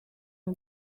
une